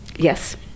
yes